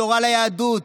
בשורה ליהדות,